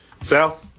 Sal